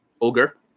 ogre